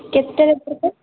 କେତେରେ ଦରକାର